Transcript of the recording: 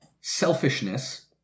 selfishness